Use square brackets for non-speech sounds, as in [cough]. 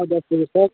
[unintelligible]